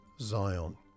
Zion